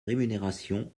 rémunération